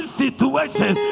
situation